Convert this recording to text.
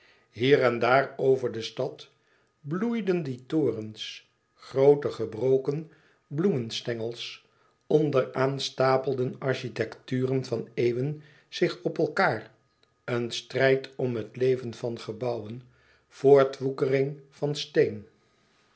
hier en daar over de stad bloeiden die torens groote gebroken bloemenstengels onderaan stapelden architecturen van eeuwen zich op elkaâr een strijd om het leven van gebouwen voortwoekering van steen